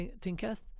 thinketh